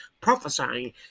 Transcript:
prophesying